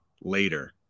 later